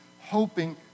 hoping